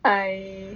I